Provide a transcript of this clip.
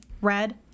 red